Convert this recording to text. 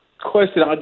Question